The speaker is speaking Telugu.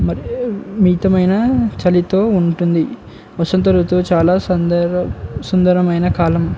మ మితమైన చలితో ఉంటుంది వసంత ఋతువు చాలా సంద సుందరమైన కాలం